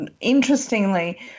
interestingly